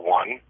one